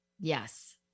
Yes